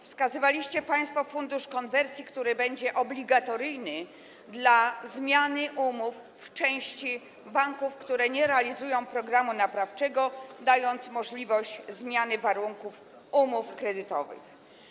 Wskazywaliście państwo Fundusz Konwersji, który będzie obligatoryjny dla zmiany umów w części banków, które nie realizują programu naprawczego, dając możliwość zmiany warunków umów kredytowych.